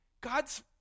God's